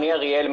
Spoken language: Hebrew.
אני אריאל,